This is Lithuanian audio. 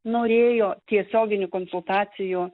norėjo tiesioginių konsultacijų